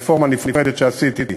ברפורמה נפרדת שעשיתי,